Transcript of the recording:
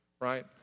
right